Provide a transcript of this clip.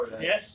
Yes